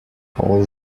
all